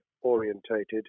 orientated